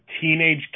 teenage